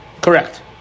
correct